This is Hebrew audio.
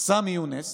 סמי יונס,